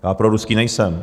Já proruský nejsem.